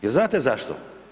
Jel znate zašto?